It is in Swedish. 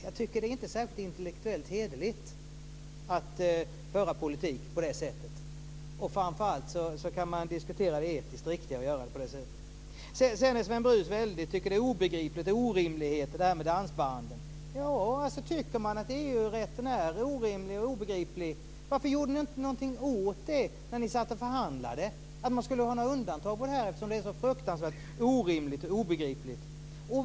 Jag tycker inte att det är särskilt intellektuellt hederligt att föra politik på det sättet. Framför allt kan man diskutera det etiskt riktiga att göra på det sättet. Sven Brus tycker att det är obegripligt och orimligt med dansbanden. Man kan tycka att EG-rätten är orimlig och obegriplig. Men varför gjorde ni inte någonting åt det när ni satt och förhandlade så att det blev något undantag, eftersom det är så fruktansvärt orimligt och obegripligt?